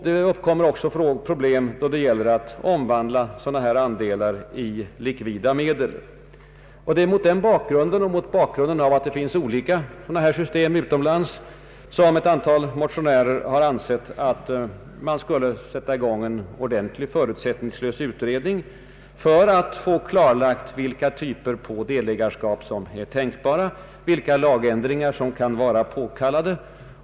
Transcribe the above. Det uppkommer även problem när det gäller att omvandla andelar i likvida medel. Det är mot denna bakgrund och mot bakgrunden av att det utomlands finns olika slags vinstandelssystem som ett antal motionärer har ansett att man bör företa en förutsättningslös utredning för att få klarlagt vilka typer av delägarskap som är tänkbara och vilka lagändringar som kan vara påkallade.